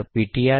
R